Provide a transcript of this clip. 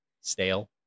Stale